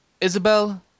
Isabel